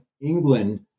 England